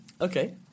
Okay